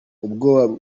ubwoba